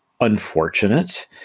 unfortunate